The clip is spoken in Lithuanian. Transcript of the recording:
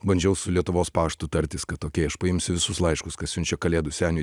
bandžiau su lietuvos paštu tartis kad okei aš paimsiu visus laiškus ką siunčia kalėdų seniui